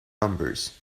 numbers